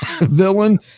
villain